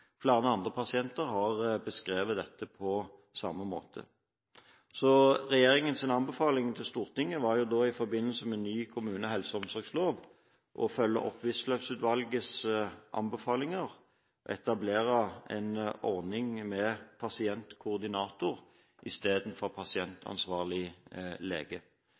Flere andre pasienter har beskrevet dette på samme måte. Regjeringens anbefaling til Stortinget var i forbindelse med ny kommunal helse- og omsorgslov å følge opp Wisløff-utvalgets anbefalinger om å etablere en ordning med pasientkoordinator i stedet for pasientansvarlig lege.